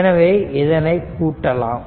எனவே இதை கூட்டலாம்